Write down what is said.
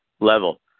level